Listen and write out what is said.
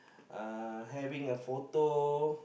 uh having a photo